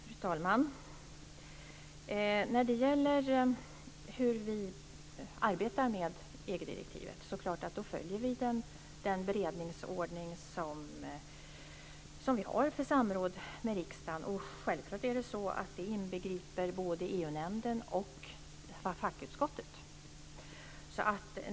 Fru talman! När det gäller frågan om hur vi arbetar med EG-direktivet är det klart att vi följer den beredningsordning som vi har för samråd med riksdagen. Självklart är det så att det inbegriper både EU nämnden och fackutskottet.